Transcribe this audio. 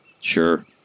Sure